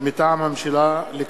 מטעם הממשלה: